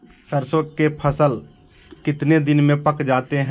सरसों के फसल कितने दिन में पक जाते है?